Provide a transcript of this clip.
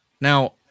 now